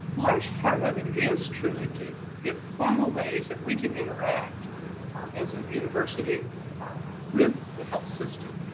large part of it is truly to get formal ways that we can interact as a university with the health system.